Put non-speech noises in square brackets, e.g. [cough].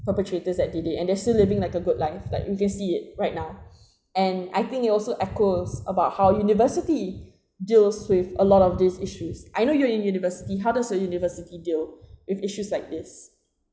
perpetrators at d day and they're still living like a good life like you can see it right now [breath] and I think it also echoes about how university deals with a lot of these issues I know you're in university how does your university deal with issues like this